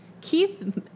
Keith